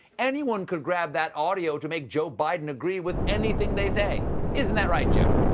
anyone can grab that audio to make joe biden agree with anything they say. isn't that right, joe.